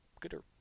gooder